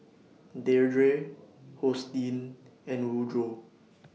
Deirdre Hosteen and Woodroe